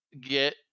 get